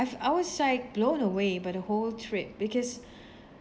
I was like blown away by the whole trip because